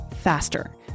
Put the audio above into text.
faster